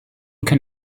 can